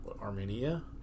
Armenia